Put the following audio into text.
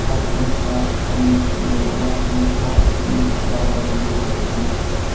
ہَر کٲنٛسہِ چھےٚ پَنُن یہِ لایسٮ۪نٕس چھےٚ یِمَن گاڈٕ رَٹنہٕ خٲطرٕ کِنۍ نَہ